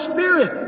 Spirit